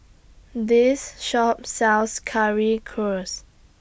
This Shop sells Currywurst